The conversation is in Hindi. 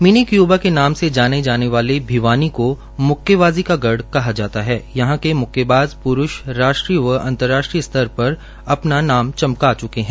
मिनी क्यूबा के नाम से जाने जाना वाला भिवानी को मुक्केबाजी का गढ़ कहा जाता है यहां के म्क्केबाज राष्ट्रीय व अंतर्राष्ट्रीय स्तर पर अपना नाम चमका च्के हैं